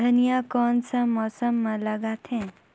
धनिया कोन सा मौसम मां लगथे?